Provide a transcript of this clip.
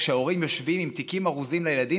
כשההורים יושבים עם תיקים ארוזים לילדים